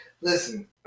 Listen